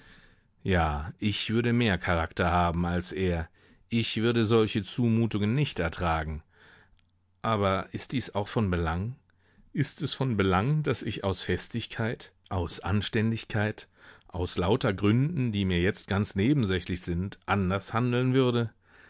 ja ich würde mehr charakter haben als er ich würde solche zumutungen nicht ertragen aber ist dies auch von belang ist es von belang daß ich aus festigkeit aus anständigkeit aus lauter gründen die mir jetzt ganz nebensächlich sind anders handeln würde